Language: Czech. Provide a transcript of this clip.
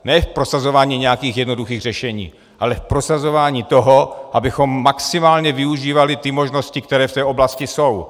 Ne v prosazování nějakých jednoduchých řešení, ale v prosazování toho, abychom maximálně využívali možnosti, které v té oblasti jsou.